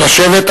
נא לשבת.